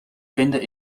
vinden